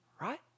Right